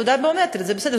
תעודה ביומטרית זה בסדר,